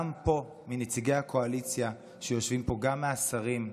גם פה, נציגי הקואליציה שיושבים פה, גם השרים,